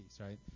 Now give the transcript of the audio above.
right